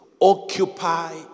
occupy